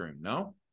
no